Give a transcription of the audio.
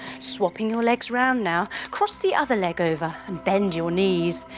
swopping your legs round now cross the other leg over and bend your knees,